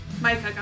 Micah